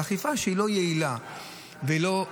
אבל אכיפה שהיא לא יעילה ולא --- אדוני,